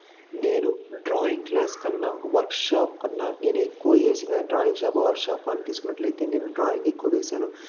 నేను drawing class కన్నా workshop కన్నా నేను ఎక్కువ వేసిన డ్రాయింగ్ షాప్ఆ వర్క్ షాప్ ఆ అని తీసుకునట్లైతే నేను డ్రాయింగ్ ఎక్కువ వేసాను